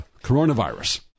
coronavirus